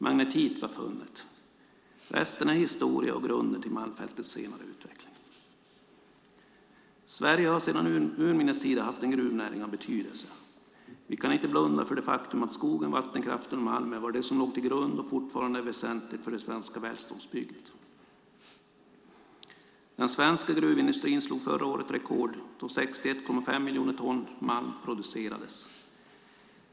Magnetit var funnet. Resten är historia och grunden till Malmfältens senare utveckling. Sverige har sedan urminnes tider haft en gruvnäring av betydelse. Vi kan inte blunda för det faktum att skogen, vattenkraften och malmen var det som låg till grund och fortfarande är väsentligt för det svenska välståndsbygget. Den svenska gruvindustrin slog förra året rekord då 61,5 miljoner ton malm producerades.